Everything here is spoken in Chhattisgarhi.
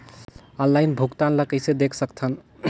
ऑनलाइन भुगतान ल कइसे देख सकथन?